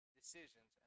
decisions